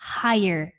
higher